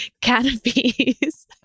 canopies